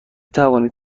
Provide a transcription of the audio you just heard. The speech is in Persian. توانید